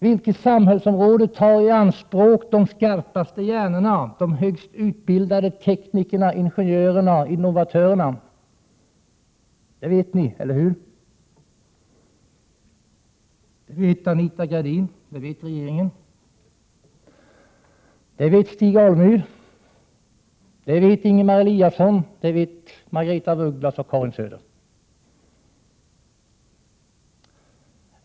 Vilket samhällsområde tar i anspråk de skarpaste hjärnorna, de högst utbildade teknikerna, ingenjörerna och innovatörerna? Det vet ni, eller hur? Det vet Anita Gradin, det vet regeringen. Det vet Stig Alemyr, det vet Ingemar Eliasson, det vet Margaretha af Ugglas och Karin Söder.